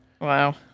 Wow